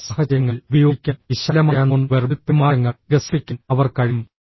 വ്യത്യസ്ത സാഹചര്യങ്ങളിൽ ഉപയോഗിക്കാൻ വിശാലമായ നോൺ വെർബൽ പെരുമാറ്റങ്ങൾ വികസിപ്പിക്കാൻ അവർക്ക് കഴിയും